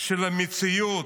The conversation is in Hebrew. מול המציאות,